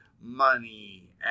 money